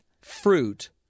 fruit